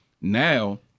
Now